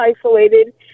isolated